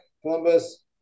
Columbus